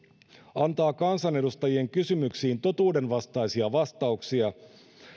antaa kansanedustajien kysymyksiin totuudenvastaisia vastauksia